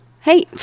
Hey